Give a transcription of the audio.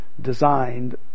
designed